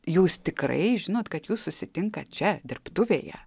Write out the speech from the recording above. jūs tikrai žinot kad jūs susitinkat čia dirbtuvėje